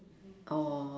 orh